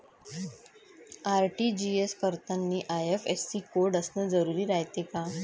RTGS करतांनी IFSC code असन जरुरी रायते का?